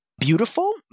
Beautiful